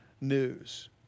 news